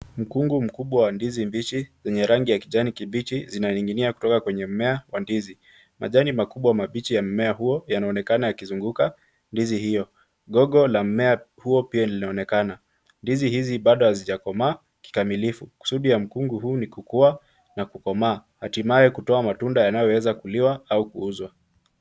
Mkungu mkubwa wa ndizi mbichi zenye rangi ya kijani kibichi zinaning'inia kutoka kwenye mmea wa ndizi. Majani makubwa mabichi ya mmea huo yanaonekana yakizunguka ndizi hiyo. Gogo la mmea huo pia linaonekana. Ndizi hizi bado hazijakomaa kikamilifu. Kusudi ya mkungu huu ni kukuwa na kukomaa hatimaye kutoa matunda yanayoweza kuliwa au kuuzwa.